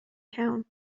town